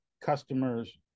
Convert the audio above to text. customers